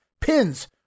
pins